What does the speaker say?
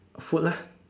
food lah